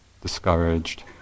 discouraged